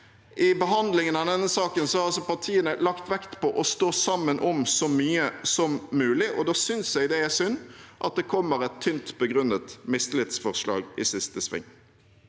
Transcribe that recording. I behandlingen av denne saken har partiene lagt vekt på å stå sammen om så mye som mulig, og da synes jeg det er synd at det kommer et tynt begrunnet mistillitsforslag i siste sving.